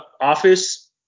office